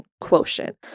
quotient